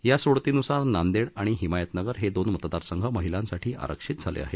या सोडतीनुसार नांदेड आणि हिमायतनगर हे दोन मतदार संघ महिलांसाठी आरक्षित झाले आहेत